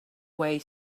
way